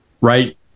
right